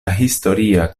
historia